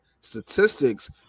statistics